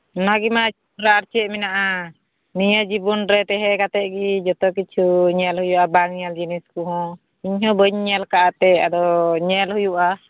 ᱚᱱᱟ ᱜᱮᱢᱟ ᱟᱨ ᱪᱮᱫ ᱢᱮᱱᱟᱜᱼᱟ ᱱᱤᱭᱟᱹ ᱡᱤᱵᱚᱱ ᱨᱮ ᱛᱮᱦᱮᱸ ᱠᱟᱛᱮᱫ ᱜᱮ ᱡᱚᱛᱚ ᱠᱤᱪᱷᱩ ᱧᱮᱞ ᱦᱩᱭᱩᱜᱼᱟ ᱵᱟᱝ ᱧᱮᱞ ᱡᱤᱱᱤᱥ ᱠᱚᱦᱚᱸ ᱤᱧ ᱦᱚᱸ ᱵᱟᱹᱧ ᱧᱮᱞ ᱟᱠᱟᱫᱼᱟ ᱮᱱᱛᱮᱫ ᱟᱫᱚ ᱧᱮᱞ ᱦᱩᱭᱩᱜᱼᱟ